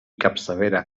capçalera